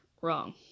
wrong